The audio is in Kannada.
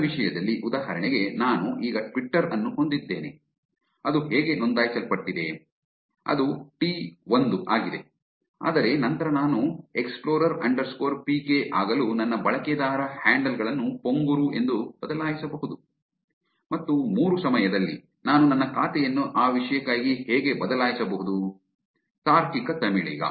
ನನ್ನ ವಿಷಯದಲ್ಲಿ ಉದಾಹರಣೆಗೆ ನಾನು ಈಗ ಟ್ವಿಟ್ಟರ್ ಅನ್ನು ಹೊಂದಿದ್ದೇನೆ ಅದು ಹೇಗೆ ನೋಂದಾಯಿಸಲ್ಪಟ್ಟಿದೆ ಅದು ಟಿ ೧ ಆಗಿದೆ ಆದರೆ ನಂತರ ನಾನು explorer underscore PK explorer pk ಆಗಲು ನನ್ನ ಬಳಕೆದಾರ ಹ್ಯಾಂಡಲ್ ಗಳನ್ನು ಪೊಂಗುರು ಎಂದು ಬದಲಾಯಿಸಬಹುದು ಮತ್ತು ಮೂರು ಸಮಯದಲ್ಲಿ ನಾನು ನನ್ನ ಖಾತೆಯನ್ನು ಆ ವಿಷಯಕ್ಕಾಗಿ ಹೀಗೆ ಬದಲಾಯಿಸಬಹುದು ತಾರ್ಕಿಕ ತಮಿಳಿಗ